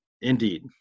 Indeed